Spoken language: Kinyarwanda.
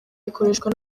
ikoreshwa